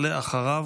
ואחריו,